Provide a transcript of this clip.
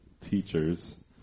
teachers